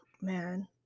man